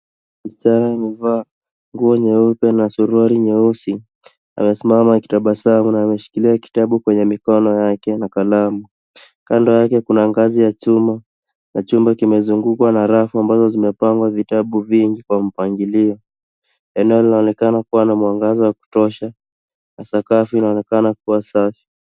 Msichana amevaa nguo nyeupe na suruali nyeusi . Anasimama akitabasamu na ameshikilia kitabu kwenye mikono yake na kalamu. Kando yake kuna ngazi ya chuma na chumba kimezungukwa na rafu ambazo zimepangwa vitabu vingi kwa mpangilio. Eneo linaonekana kuwa na mwangaza wa kutosha na sakafu inaonekana kuwa safi.